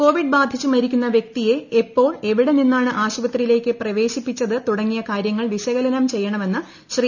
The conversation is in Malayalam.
കോവിഡ് ബാധിച്ച് മരിക്കുന്ന വൃക്തീര്യും എപ്പോൾ എവിടെ നിന്നാണ് ആശുപത്രിയിലേക്ക് പ്രവേശ്രീപ്പിച്ചത് തുടങ്ങിയ കാര്യങ്ങൾ വിശകലനം ചെയ്യണമെന്ന് ശ്രീ